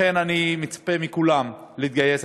לכן, אני מצפה מכולם להתגייס.